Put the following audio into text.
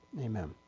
Amen